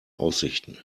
aussichten